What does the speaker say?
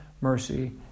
mercy